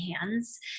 hands